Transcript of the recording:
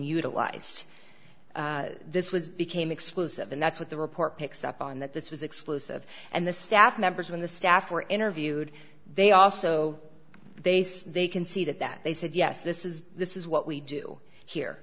utilized this was became exclusive and that's what the report picks up on that this was exclusive and the staff members when the staff were interviewed they also they say they can see that that they said yes this is this is what we do here